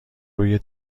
روی